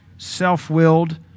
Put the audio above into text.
self-willed